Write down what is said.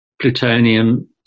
plutonium